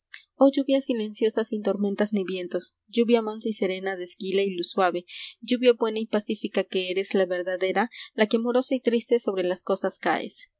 oh lluvia silenciosa sin tormentas ni vientos lluvia mansa y serena de esquila y luz suave lluvia buena y pacífica que eres la verdadera la que amorosa y triste sobre las cosas caes